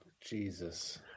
Jesus